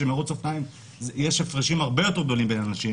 כשבמרוץ אופניים יש הפרשים הרבה יותר גדולים בין אנשים.